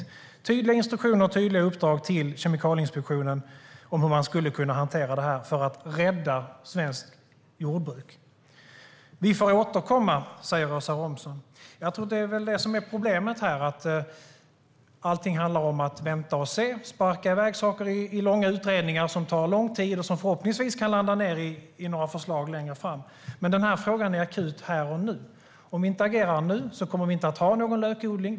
Det är tydliga instruktioner och tydliga uppdrag till Kemikalieinspektionen om hur den skulle kunna hantera detta för att rädda svenskt jordbruk. Vi får återkomma, säger Åsa Romson. Jag tror att det är det som är problemet här, det vill säga att allting handlar om att vänta och se. Man sparkar iväg saker i långa utredningar som tar lång tid och förhoppningsvis kan landa i några förslag längre fram, men den här frågan är akut här och nu. Om vi inte agerar nu kommer vi inte att ha någon lökodling.